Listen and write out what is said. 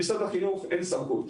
למשרד החינוך אין סמכות.